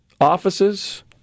offices